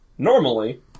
Normally